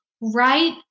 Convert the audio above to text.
right